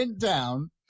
down